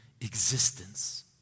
existence